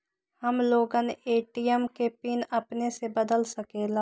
हम लोगन ए.टी.एम के पिन अपने से बदल सकेला?